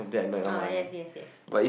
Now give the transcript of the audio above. oh yes yes yes